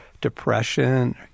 depression